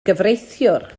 gyfreithiwr